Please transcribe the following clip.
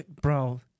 Bro